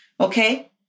okay